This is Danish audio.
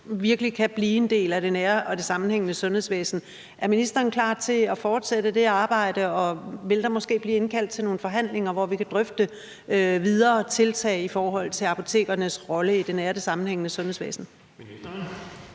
virkelig kan blive en del af det nære og sammenhængende sundhedsvæsen. Er ministeren klar til at fortsætte det arbejde, og vil der måske blive indkaldt til nogle forhandlinger, hvor vi kan drøfte de videre tiltag i forhold til apotekernes rolle i det nære og sammenhængende sundhedsvæsen?